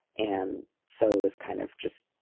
and so this kind of just.